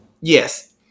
yes